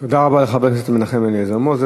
תודה רבה לחבר הכנסת מנחם אליעזר מוזס.